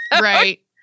Right